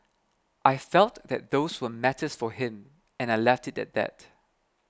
I felt that those were matters for him and I left it at that